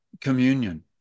communion